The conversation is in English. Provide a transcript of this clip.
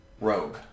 Rogue